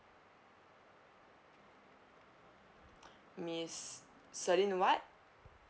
miss celine what